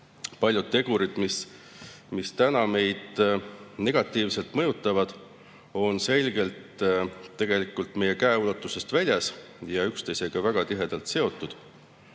Paljud tegurid, mis meid negatiivselt mõjutavad, on tegelikult selgelt meie käeulatusest väljas ja üksteisega väga tihedalt seotud.